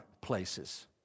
places